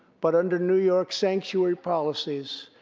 but under new york's sanctuary policies,